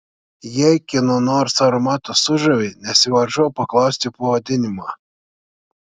jei kieno nors aromatas sužavi nesivaržau paklausti pavadinimo